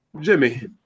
jimmy